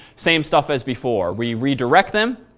same stuff as before. we redirect them.